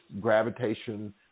gravitation